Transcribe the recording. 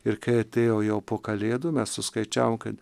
ir kai atėjau jau po kalėdų mes suskaičiavom kad